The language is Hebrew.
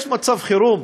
יש מצב חירום?